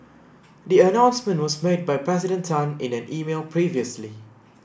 the announcement was made by President Tan in an email previously